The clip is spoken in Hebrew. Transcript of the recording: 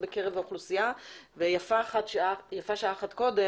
בקרב האוכלוסייה ויפה שעה אחת קודם,